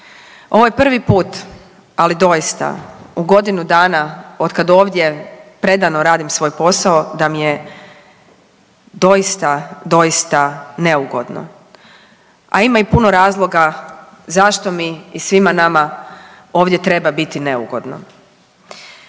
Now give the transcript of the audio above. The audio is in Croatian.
Ovo je prvi put, ali doista, u godinu dana, otkad ovdje predano radim svoj posao, da mi je doista, doista neugodno, a ima i puno razloga zašto mi i svima nama ovdje treba biti neugodno.